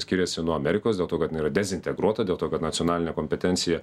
skiriasi nuo amerikos dėl to kad jinai yra dezintegruota dėl to kad nacionalinė kompetencija